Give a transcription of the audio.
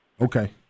Okay